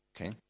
Okay